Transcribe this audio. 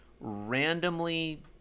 randomly